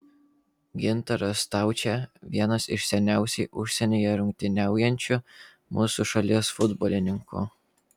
gintaras staučė vienas iš seniausiai užsienyje rungtyniaujančių mūsų šalies futbolininkų